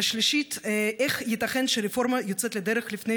3. איך ייתכן שרפורמה יוצאת לדרך לפני